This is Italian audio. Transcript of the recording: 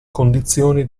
condizioni